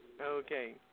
Okay